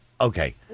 Okay